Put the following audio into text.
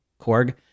Korg